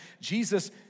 Jesus